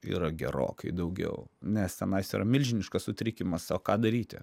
yra gerokai daugiau nes tenais yra milžiniškas sutrikimas o ką daryti